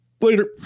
Later